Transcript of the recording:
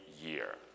year